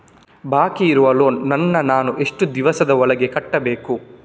ಬಾಕಿ ಇರುವ ಲೋನ್ ನನ್ನ ನಾನು ಎಷ್ಟು ದಿವಸದ ಒಳಗೆ ಕಟ್ಟಬೇಕು?